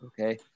Okay